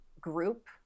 group